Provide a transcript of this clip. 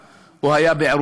או היה בבית-הספר הריאלי בחיפה,